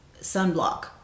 sunblock